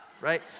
right